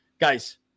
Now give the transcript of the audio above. guys